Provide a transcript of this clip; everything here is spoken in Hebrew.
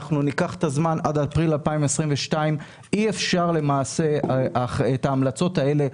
אנחנו ניקח את הזמן עד אפריל 2022. את ההמלצות האלה,